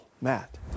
Matt